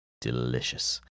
Delicious